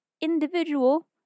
individual